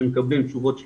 שמקבלים תשובות שליליות,